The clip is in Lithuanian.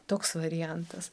toks variantas